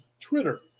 Twitter